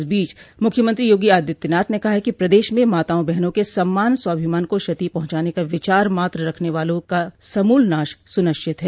इस बीच मुख्यमंत्री योगी आदित्यनाथ ने कहा है कि प्रदेश में माताओं बहनों के सम्मान स्वाभिमान को क्षति पहुंचाने का विचार मात्र रखने वालों का समूल नाश सुनिश्चित है